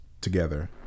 together